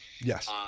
Yes